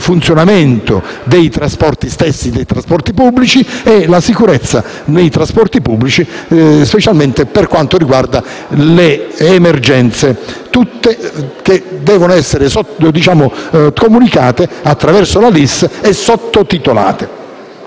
funzionamento dei trasporti pubblici e la sicurezza nei trasporti pubblici, specialmente per quanto riguarda le emergenze, che devono essere comunicate attraverso la LIS e sottotitolate.